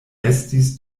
estis